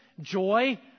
joy